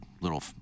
little